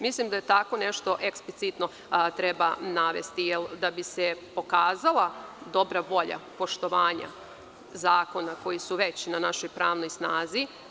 Mislim da tako nešto eksplicitno treba navesti, da bi se pokazala dobra volja poštovanja zakona koji su već na našoj pravnoj snazi.